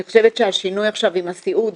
אני חושבת שהשינוי עכשיו עם הסיעוד,